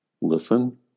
Listen